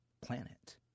planet